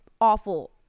awful